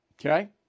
okay